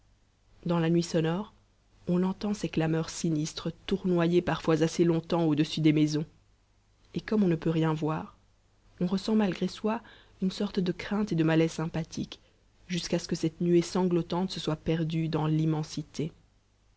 dans la nuit sonore on entend ces clameurs sinistres tournoyer parfois assez longtemps au-dessus des maisons et comme on ne peut rien voir on ressent malgré soi une sorte de crainte et de malaise sympathique jusqu'à ce que cette nuée sanglotante se soit perdue dans l'immensité